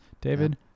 David